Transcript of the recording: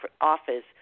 office